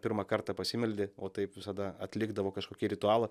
pirmą kartą pasimeldė o taip visada atlikdavo kažkokį ritualą